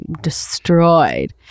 destroyed